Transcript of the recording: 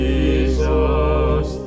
Jesus